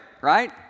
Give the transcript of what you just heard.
Right